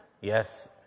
Yes